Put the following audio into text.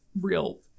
real